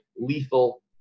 lethal